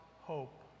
hope